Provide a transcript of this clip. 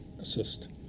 assist